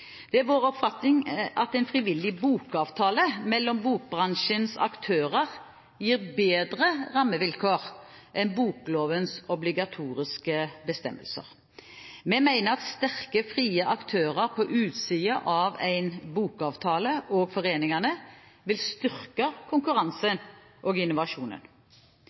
Det er vår oppfatning at en frivillig bokavtale mellom bokbransjens aktører gir bedre rammevilkår enn boklovens obligatoriske bestemmelser. Vi mener at sterke, frie aktører på utsiden av en bokavtale og foreningene vil styrke konkurransen og innovasjonen.